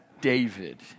David